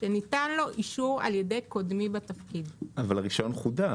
שניתן לו אישור על ידי קודמי בתפקיד --- אבל הרישיון חודש.